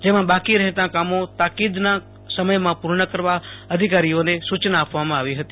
જેમાં બાકી રહેતા કામો તાકીદના સમયમાં પૂર્ણ કરવા અધિકારીઓને સુચના આપવામા આવી હતી